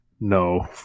No